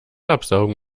absaugen